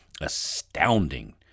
astounding